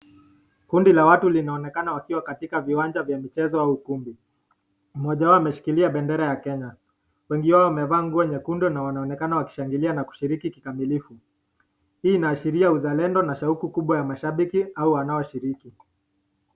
Kundi la watu linaonekana wakiwa katika viwanja vya michezo au ukumbi. Mmoja wao ameshikilia bendera ya Kenya. Wengi wao wamevaa nguo nyekundu na wanaonekana wakishangilia na kushiriki kikamilifu. Hii inaashiria uzalendo na shauku kubwa ya mashabiki au wanaoshiriki.